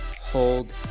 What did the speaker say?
hold